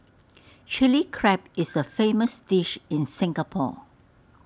Chilli Crab is A famous dish in Singapore